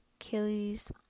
Achilles